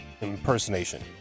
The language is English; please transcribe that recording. impersonation